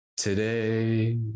Today